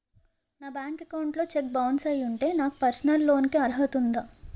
నా bank account లో cheque bounce అయ్యి ఉంటే నాకు పర్సనల్ లోన్ కీ అర్హత ఉందా?